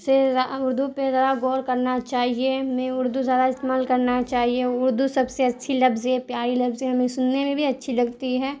سے اردو پہ ذرا غور کرنا چاہیے میں اردو زیادہ استعمال کرنا چاہیے اردو سب سے اچھی لفظ ہے پیاری لفظ ہے ہمیں سننے میں بھی اچھی لگتی ہے